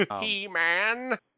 He-man